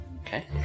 Okay